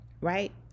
right